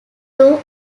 two